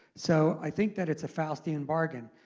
so i think that it's a faustian bargain.